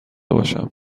باشم